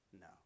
no